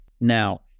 Now